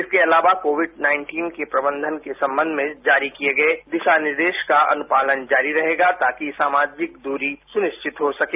इसके अलावा कोविड उन्नीस के प्रबंधन के सम्बंध में जारी किए गए दिशा निर्देश का अनुपालन जारी रहेगा ताकि सामाजिक दूरी सुनिश्चित हो सके